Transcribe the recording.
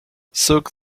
soak